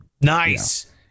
Nice